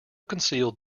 concealed